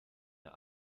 der